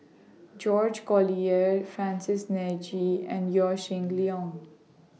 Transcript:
George Collyer Francis NE G and Yaw Shin Leong